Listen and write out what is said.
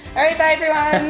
alright bye everyone.